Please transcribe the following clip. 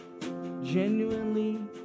genuinely